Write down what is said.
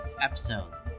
episode